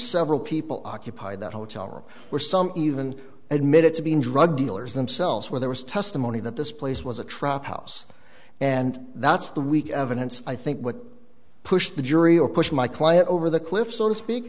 several people occupied that hotel room were some even admitted to being drug dealers themselves where there was testimony that this place was a trap house and that's the weak evidence i think would push the jury or push my client over the cliff so to speak